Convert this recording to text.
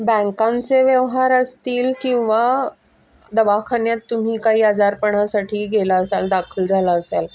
बँकांचे व्यवहार असतील किंवा दवाखान्यात तुम्ही काही आजारपणासाठी गेला असाल दाखल झाला असाल